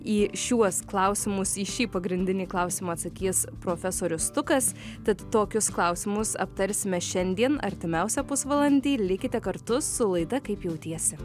į šiuos klausimus į šį pagrindinį klausimą atsakys profesorius stukas tad tokius klausimus aptarsime šiandien artimiausią pusvalandį likite kartu su laida kaip jautiesi